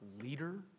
leader